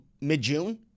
mid-June